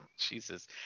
Jesus